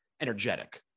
energetic